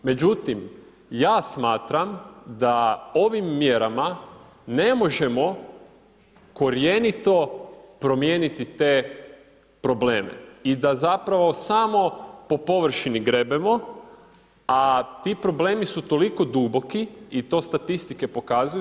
Međutim, ja smatram da ovim mjerama ne možemo korjenito promijeniti te probleme i da zapravo samo po površini grebemo, a ti problemi su toliko duboki i to statistike pokazuju.